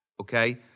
Okay